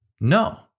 No